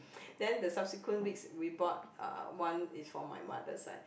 then the subsequent weeks we bought uh one is for my mother side